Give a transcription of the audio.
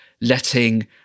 letting